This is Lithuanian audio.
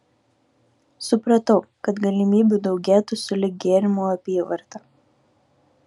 supratau kad galimybių daugėtų sulig gėrimų apyvarta